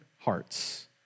hearts